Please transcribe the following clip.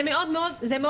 זה מאוד מפחיד.